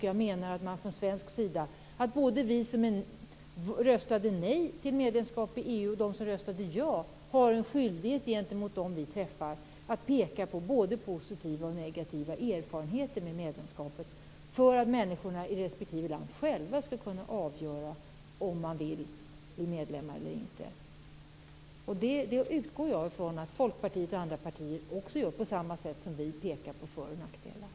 Jag menar att både vi som röstade nej till medlemskap i EU och de som röstade ja från svensk sida har en skyldighet gentemot dem vi träffar att peka både på positiva och negativa erfarenheter med medlemskapet, för att människorna i respektive land själva skall kunna avgöra om de vill bli medlemmar eller inte. Jag utgår från att Folkpartiet och andra partier på samma sätt som vi pekar på för och nackdelar.